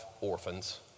orphans